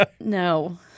No